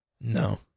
No